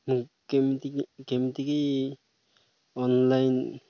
ମୁଁ କେମିତିକି କେମିତିକି ଅନଲାଇନ୍